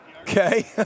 Okay